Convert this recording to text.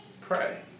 pray